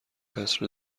عصر